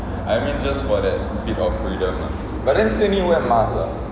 I mean just for that bit of freedom lah but then still need wear mask ah